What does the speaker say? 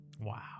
Wow